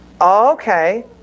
Okay